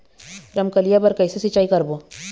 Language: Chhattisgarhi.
रमकलिया बर कइसे सिचाई करबो?